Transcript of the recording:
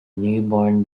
newborn